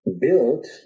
built